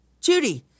Judy